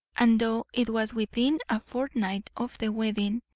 and, though it was within a fortnight of the wedding,